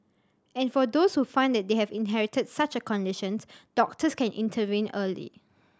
and for those who find that they have inherited such a conditions doctors can intervene early